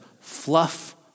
fluff